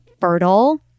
fertile